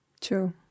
true